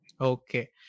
Okay